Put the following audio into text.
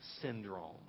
syndrome